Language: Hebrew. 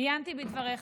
עיינתי בדבריך,